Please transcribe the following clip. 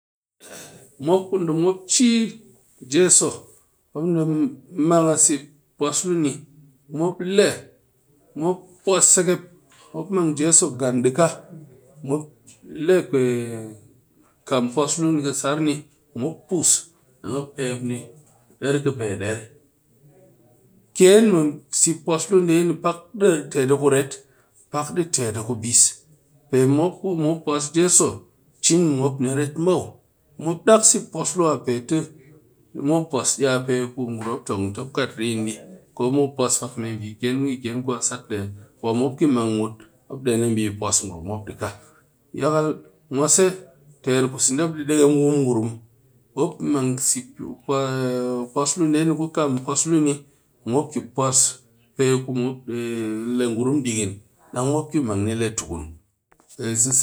mop ku nde mop chi jeso, mop mang seep puus luu mop mang jeso le di ka mop le kam puus luu ni kɨ sar ni mop puus ni mop ehep ni der ki pe der ken mɨ seep puus luu nde pak di tet a kuret pak a kubis pe mop ku mop puus jeso chin mɨ mop ni ret muw mop dak seep puus luu a pe ti ngurum mop tong tɨ mop kat rin di ko mop puus pak me bi ken bi ken kwa sat nde kwa mop ki mang mut mop den a bi pus ngurum mop dika mwase ter ku sen nde mop deghem wom ngurum mop seep puus pe ku mop le ni tukun.